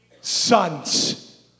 sons